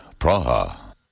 Praha